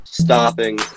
stopping